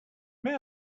may